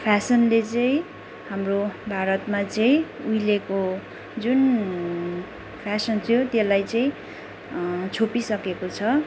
फेसनले चाहिँ हाम्रो भारतमा चाहिँ उहिलेको जुन फेसन थियो त्यसलाई चाहिँ छोपिसकेको छ